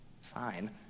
sign